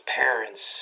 parents